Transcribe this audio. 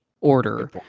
order